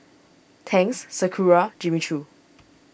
Tangs Sakura Jimmy Choo